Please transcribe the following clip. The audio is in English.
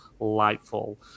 Lightfall